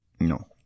No